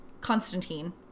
constantine